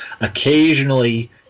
Occasionally